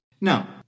Now